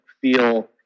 feel